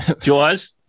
Jaws